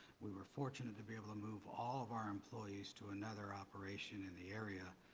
we were fortunate to be able to move all of our employees to another operation in the area,